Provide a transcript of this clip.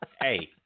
Hey